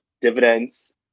dividends